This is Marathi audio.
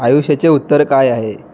आयुष्याचे उत्तर काय आहे